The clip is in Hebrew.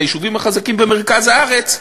מהיישובים החזקים במרכז הארץ,